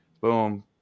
boom